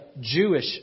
Jewish